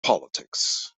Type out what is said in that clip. politics